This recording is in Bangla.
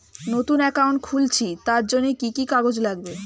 নতুন অ্যাকাউন্ট খুলছি তার জন্য কি কি কাগজ লাগবে?